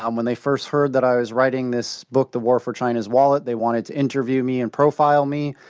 um when they first heard that i was writing this book, the war for china's wallet, they wanted to interview me and profile me.